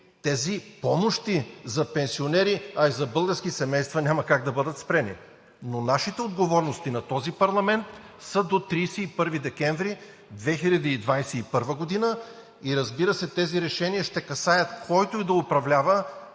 тези помощи за пенсионери, а и за български семейства, няма как да бъдат спрени, но нашите отговорности, на този парламент са до 31 декември 2021 г. и, разбира се, тези решения ще касаят който и да управлява,